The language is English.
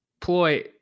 ploy